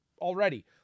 already